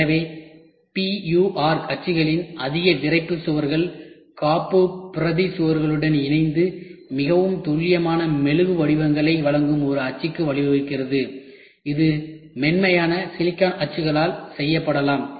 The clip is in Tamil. எனவே PUR அச்சுகளின் அதிக விறைப்பு சுவர்கள் காப்புப் பிரதி சுவர்களுடன் இணைந்து மிகவும் துல்லியமான மெழுகு வடிவங்களை வழங்கும் ஒரு அச்சுக்கு வழிவகுக்கிறது இது மென்மையான சிலிக்கான் அச்சுகளால் செய்யப்படலாம்